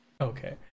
Okay